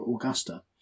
Augusta